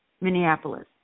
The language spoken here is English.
Minneapolis